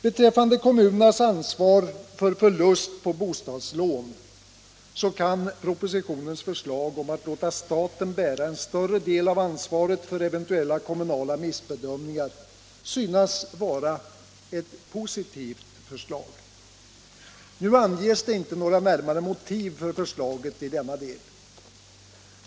Beträffande kommunernas ansvar för förlust på bostadslån kan propositionens förslag om att låta staten bära en större del av ansvaret för eventuella kommunala missbedömningar synas vara ett positivt förslag. Nu anges inte några närmare motiv för förslaget i denna del.